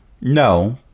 No